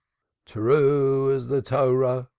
true as the torah!